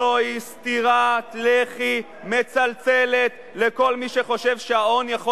זוהי סטירת לחי מצלצלת לכל מי שחושב שההון יכול